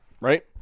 right